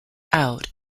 out